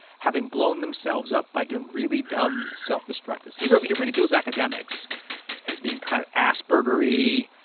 having blown themselves up by doing really dumb, self-destructive. he but but he ridicules academics as being kind of asperger-y,